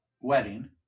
wedding